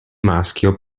maschio